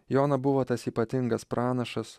jona buvo tas ypatingas pranašas